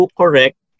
correct